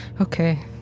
Okay